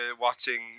watching